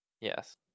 Yes